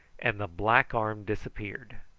and the black arm disappeared.